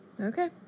Okay